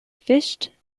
fished